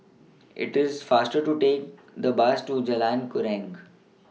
IT IS faster to Take The Bus to Jalan Keruing